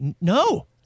No